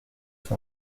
cent